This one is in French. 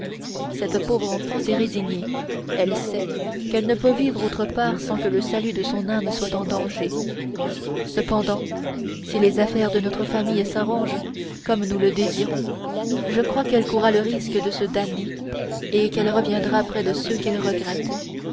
cette pauvre enfant s'est résignée elle sait qu'elle ne peut vivre autre part sans que le salut de son âme soit en danger cependant si les affaires de notre famille s'arrangent comme nous le désirons je crois qu'elle courra le risque de se damner et qu'elle reviendra près de ceux qu'elle regrette